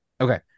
Okay